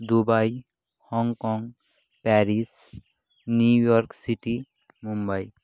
Dubai Hong Kong Paris New York city Mumbai